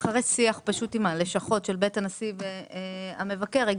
אחרי שיח עם הלשכות של בית הנשיא ומבקר המדינה,